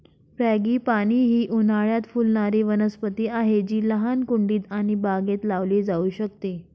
frangipani ही उन्हाळयात फुलणारी वनस्पती आहे जी लहान कुंडीत आणि बागेत लावली जाऊ शकते